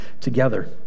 together